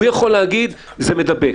הוא יכול להגיד שזה מדבק.